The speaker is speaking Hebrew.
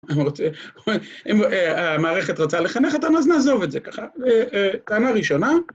אם המערכת רצה לחנך אותנו, אז נעזוב את זה ככה. טענה ראשונה.